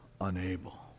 unable